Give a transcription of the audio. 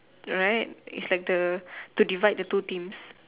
right it's like the to divide the two teams